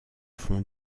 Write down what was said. fond